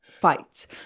fight